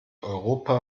europa